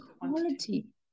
quality